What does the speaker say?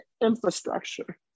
infrastructure